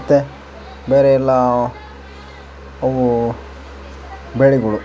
ಮತ್ತು ಬೇರೆ ಎಲ್ಲ ಅವೂ ಬೆಳೆಗಳು